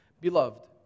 Beloved